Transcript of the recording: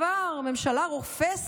הכול פה באמת נגדו נגדו נגדו.